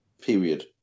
Period